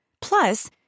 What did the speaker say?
Plus